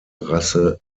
rasse